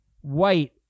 white